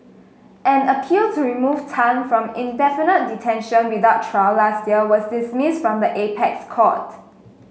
an appeal to remove Tan from indefinite detention without trial last year was dismissed by the apex court